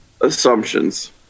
assumptions